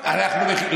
גם בזה אנחנו אשמים?